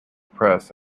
press